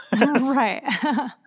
Right